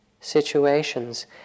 situations